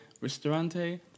Ristorante